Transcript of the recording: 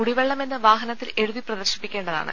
കുടിവെള്ളമെന്ന് വാഹനത്തിൽ എഴുതി പ്രദർശിപ്പിക്കേണ്ടതാണ്